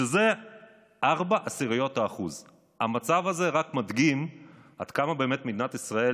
שזה 0.4%. המצב הזה רק מדגים עד כמה מדינת ישראל